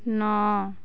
ନଅ